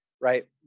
right